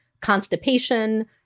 constipation